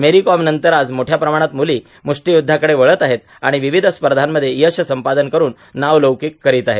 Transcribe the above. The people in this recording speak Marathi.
मेरी कॉम नंतर आज मोठ्या प्रमाणात म्रली मुष्टीयुध्दाकडे वळत आहेत आणि विविध स्पर्धामध्ये यश संपादन करून नाव लौकीक करीत आहेत